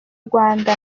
rwanda